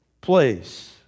place